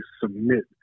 submit